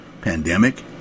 pandemic